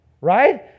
right